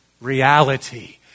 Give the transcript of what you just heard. reality